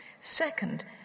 Second